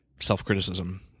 self-criticism